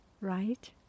Right